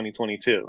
2022